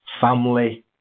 family